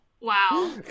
Wow